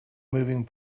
moving